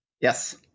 Yes